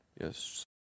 Yes